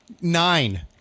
nine